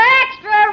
extra